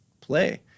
play